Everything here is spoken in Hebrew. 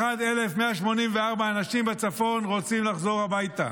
61,184 אנשים בצפון רוצים לחזור הביתה,